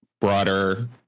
broader